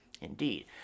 Indeed